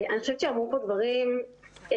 אני חושבת שאמרו פה דברים חשובים,